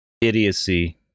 idiocy